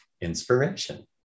inspiration